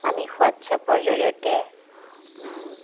আমি হোৱাটছএপৰ জৰিয়তে